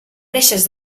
reixes